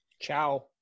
Ciao